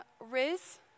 Riz